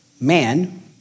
Man